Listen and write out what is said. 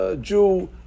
Jew